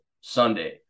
Sunday